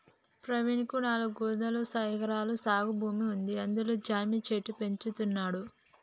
ప్రవీణ్ కు నాలుగొందలు ఎకరాల సాగు భూమి ఉంది అందులో జమ్మి చెట్లు పెంచుతున్నాడు